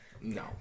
No